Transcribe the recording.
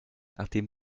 nachdem